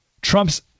Trump's